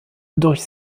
durch